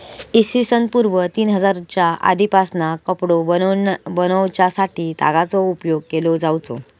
इ.स पूर्व तीन हजारच्या आदीपासना कपडो बनवच्यासाठी तागाचो उपयोग केलो जावचो